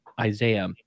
Isaiah